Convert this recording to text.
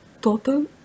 total